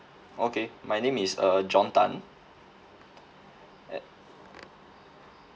okay my name is uh john tan at